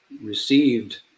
received